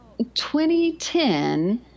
2010